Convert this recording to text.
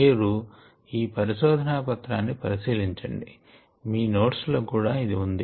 మీరు ఈ పరిశోధన పత్రాన్ని పరిశీలించండి మీ నోట్స్ లో కూడా ఇది ఉంది